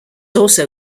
also